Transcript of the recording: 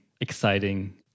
exciting